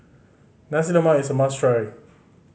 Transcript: Nasi Lemak is a must try